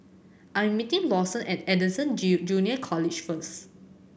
I am meeting Lawson at Anderson Junior College first